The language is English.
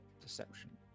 deception